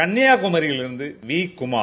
கன்னியாகுமரியிலிருந்துட Kumar